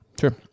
Sure